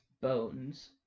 bones